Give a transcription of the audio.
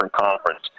Conference